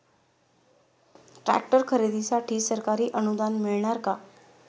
Tractor खरेदीसाठी सरकारी अनुदान मिळणार का?